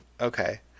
Okay